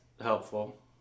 helpful